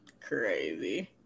crazy